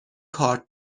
کارت